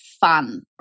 fun